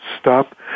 stop